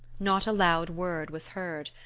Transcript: not a loud word was heard.